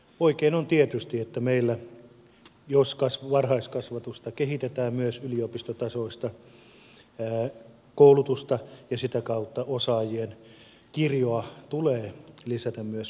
oikein on tietysti että meillä jos varhaiskasvatusta kehitetään myös yliopistotasoista koulutusta ja sitä kautta osaajien kirjoa tulee lisätä myös varhaiskasvatuksessa